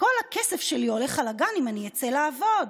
כל הכסף שלי הולך על הגן אם אני אצא לעבוד.